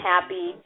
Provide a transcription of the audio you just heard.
happy